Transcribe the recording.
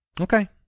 Okay